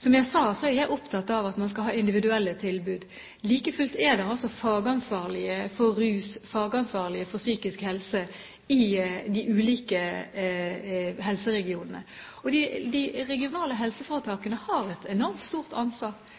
Som jeg sa, er jeg opptatt av at man skal ha individuelle tilbud. Like fullt er det fagansvarlige for rus og fagansvarlige for psykisk helse i de ulike helseregionene. De regionale helseforetakene har et enormt stort ansvar,